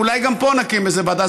אולי גם פה נקים איזה ועדה.